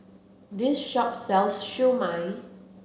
this shop sells Siew Mai